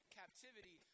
captivity